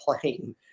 plane